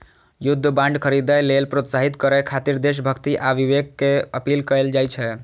युद्ध बांड खरीदै लेल प्रोत्साहित करय खातिर देशभक्ति आ विवेक के अपील कैल जाइ छै